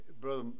brother